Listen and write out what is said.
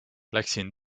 läksin